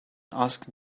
asked